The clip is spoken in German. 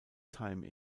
time